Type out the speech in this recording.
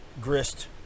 grist